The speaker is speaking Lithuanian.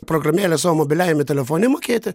programėlę savo mobiliajame telefone mokėti